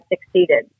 succeeded